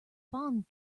bond